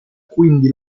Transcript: quindi